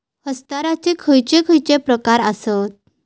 हस्तांतराचे खयचे खयचे प्रकार आसत?